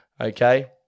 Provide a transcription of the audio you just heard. okay